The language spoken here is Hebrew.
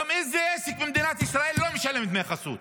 חסות, איזה עסק במדינת ישראל היום לא משלם דמי חסות?